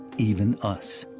even us,